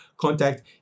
contact